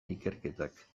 ikerketak